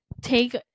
take